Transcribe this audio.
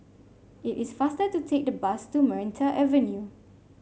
it is faster to take the bus to Maranta Avenue